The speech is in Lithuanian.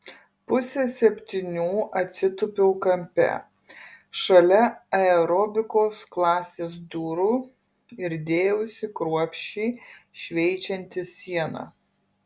pusę septynių atsitūpiau kampe šalia aerobikos klasės durų ir dėjausi kruopščiai šveičianti sieną